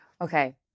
okay